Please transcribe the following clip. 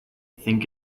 think